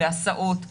בהסעות שמעורבבות,